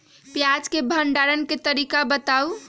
प्याज के भंडारण के तरीका बताऊ?